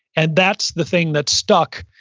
and that's the thing that stuck,